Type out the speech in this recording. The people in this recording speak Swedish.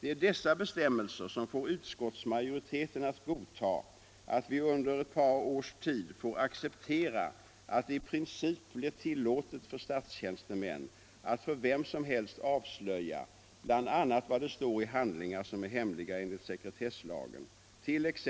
Det är dessa bestämmelser som får utskottsmajoriteten att godta att vi under ett par års tid får acceptera att det i princip blir tillåtet för statstjänstemän att för vem som helst avslöja bl.a. vad som står i handlingar som är hemliga enligt sekretesslagen, t.ex.